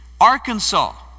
Arkansas